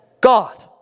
God